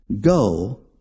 Go